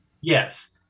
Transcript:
Yes